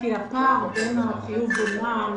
כי הפער בין החיוב המע"מ